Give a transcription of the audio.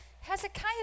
Hezekiah